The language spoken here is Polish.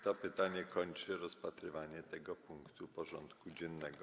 To pytanie kończy rozpatrywanie tego punktu porządku dziennego.